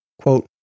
Quote